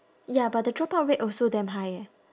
ya but the dropout rate also damn high eh